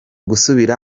gusubira